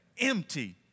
empty